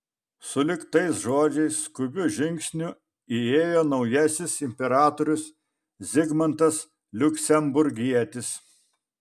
sulig tais žodžiais skubiu žingsniu įėjo naujasis imperatorius zigmantas liuksemburgietis